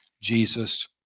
Jesus